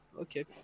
Okay